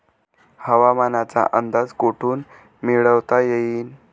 हवामानाचा अंदाज कोठून मिळवता येईन?